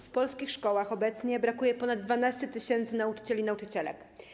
W polskich szkołach obecnie brakuje ponad 12 tys. nauczycieli i nauczycielek.